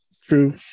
true